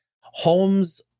Holmes